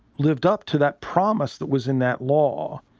lived up to that promise. that was in that law.